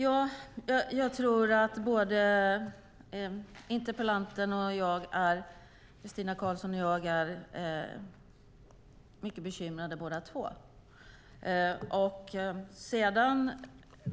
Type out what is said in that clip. Herr talman! Jag tror att Christina Karlsson och jag är lika bekymrade.